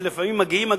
שלפעמים מגיעות,